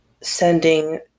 Sending